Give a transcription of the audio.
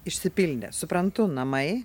išsipildė suprantu namai